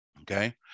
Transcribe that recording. Okay